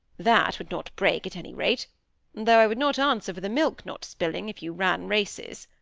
that would not break, at any rate though i would not answer for the milk not spilling if you ran races.